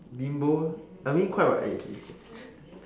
bimbo I mean quite [what] it's